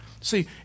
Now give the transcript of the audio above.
See